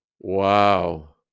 Wow